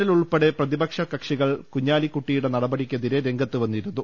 L ഉൾപ്പെടെ പ്രതിപക്ഷ കക്ഷികൾ കുഞ്ഞാലിക്കുട്ടി യുടെ നടപടിക്കെതിരെ രംഗത്ത് വന്നിരുന്നു